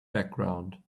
background